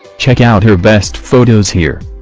check out her best photos here